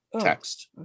text